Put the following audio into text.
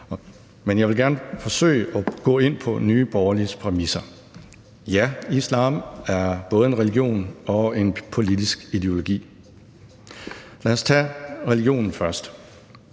Men jeg vil gerne forsøge at gå ind på Nye Borgerliges præmisser. Ja, islam er både en religion og en politisk ideologi. Lad os tage religionen først.